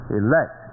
elect